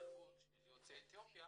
בהשתלבות של יוצאי אתיופיה